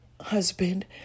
husband